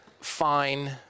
fine